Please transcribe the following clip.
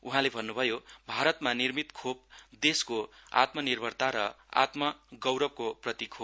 उहाँले भन्नभयो भारतमा निर्मित खोप देशको आत्मनिर्भरता र आत्म गौरवको प्रतिक हो